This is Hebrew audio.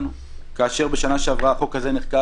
כאשר בשנה שעברה החוק הזה נחקק,